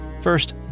First